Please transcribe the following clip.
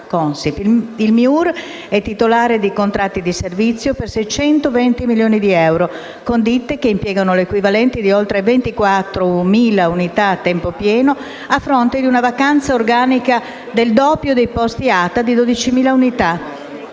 Il MIUR è titolare di contratti di servizio per 620 milioni di euro, con ditte che impiegano l'equivalente di oltre 24.000 unità a tempo pieno, a fronte di una vacanza organica del doppio dei posti ATA, di 12.000 unità.